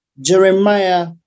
Jeremiah